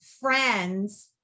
friends